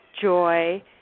joy